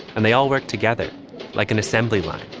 and they all work together like an assembly line,